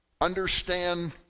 understand